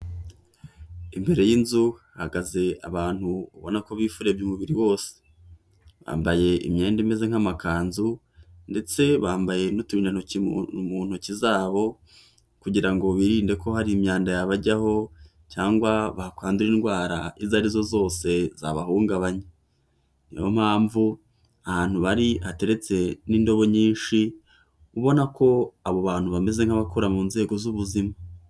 Imbere y'inzu hahagaze abantu ubona ko bifurebye umubiri wose, bambaye imyenda imeze nk'amakanzu, ndetse bambaye n'uturindantoki mu ntoki zabo kugira ngo birinde ko hari imyanda yabajyaho, cyangwa bakwandura indwara izo arizo zose zabahungabanya, niyo mpamvu ahantu bari hateretse n'indobo nyinshi, ubona ko abo bantu bameze nk'abakora mu nzego z'ubuzima.